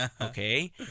Okay